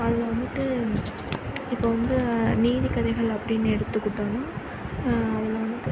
அதில் வந்துட்டு இப்போது வந்து நீதிக் கதைகள் அப்படின்னு எடுத்துக்கிட்டோன்னால் அதில் வந்துட்டு